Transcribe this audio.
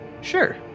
Sure